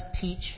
teach